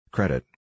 Credit